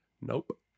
Nope